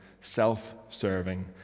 self-serving